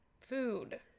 food